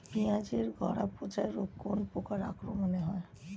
পিঁয়াজ এর গড়া পচা রোগ কোন পোকার আক্রমনে হয়?